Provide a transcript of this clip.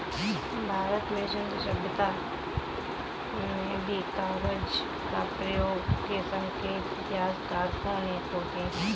भारत में सिन्धु सभ्यता में भी कागज के प्रयोग के संकेत इतिहासकारों ने खोजे हैं